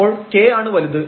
അപ്പോൾ k ആണ് വലുത്